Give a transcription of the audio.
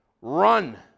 run